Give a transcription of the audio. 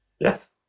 Yes